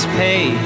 pay